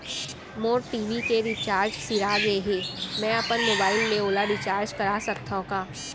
मोर TV के recharge सिरा गे हे, मैं अपन मोबाइल ले ओला रिचार्ज करा सकथव का?